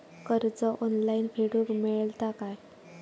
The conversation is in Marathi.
कर्ज ऑनलाइन फेडूक मेलता काय?